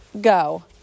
Go